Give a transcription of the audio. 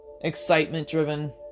excitement-driven